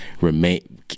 remain